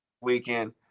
weekend